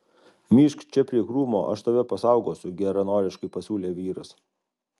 myžk čia prie krūmo aš tave pasaugosiu geranoriškai pasiūlė vyras